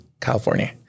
California